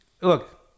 look